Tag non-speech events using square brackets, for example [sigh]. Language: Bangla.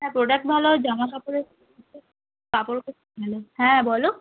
হ্যাঁ প্রোডাক্ট ভালো আর জামা কাপড়ও [unintelligible] হ্যাঁ বলো